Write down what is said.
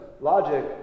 logic